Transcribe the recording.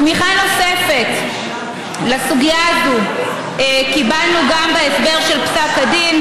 תמיכה נוספת לסוגיה הזו קיבלנו גם בהסבר של פסק הדין,